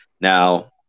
Now